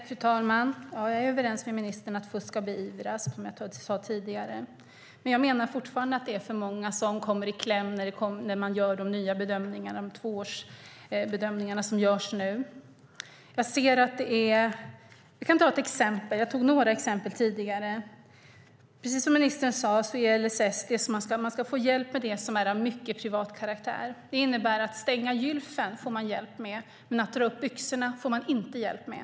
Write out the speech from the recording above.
Fru talman! Ja, jag är överens med ministern om att fusk ska beivras, som jag sade tidigare. Men jag menar fortfarande att det är för många som kommer i kläm när man gör de nya tvåårsbedömningar som görs nu. Jag kan ta ett exempel - jag tog några exempel tidigare. Precis som ministern sade handlar LSS om att man ska få hjälp med det som är av mycket privat karaktär. Det innebär att man får hjälp med att stänga gylfen, men att dra upp byxorna får man inte hjälp med.